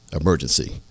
emergency